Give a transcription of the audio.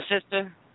sister